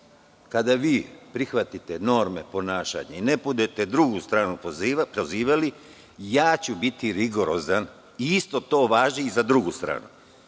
kada vi prihvatite norme ponašanja i ne budete drugu stranu prozivali, biću rigorozan i isto to važi i za drugu stranu.